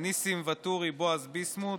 ניסים ואטורי, בועז ביסמוט